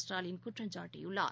ஸ்டாலின் குற்றம் சாட்டியுள்ளார்